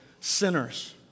sinners